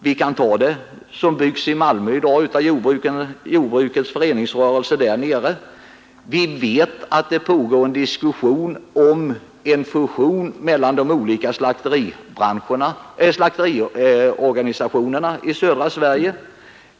Vi kan ta som exempel Jordbrukets föreningsrörelses bygge i Malmö. Vi vet att det pågår en diskussion om en fusion mellan de olika slakteriorganisationerna i södra Sverige.